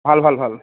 ভাল ভাল ভাল